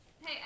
Hey